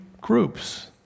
groups